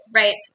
right